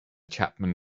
chapman